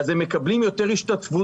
אז הם מקבלים יותר השתתפות,